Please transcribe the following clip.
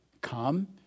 come